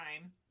time